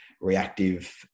reactive